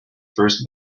first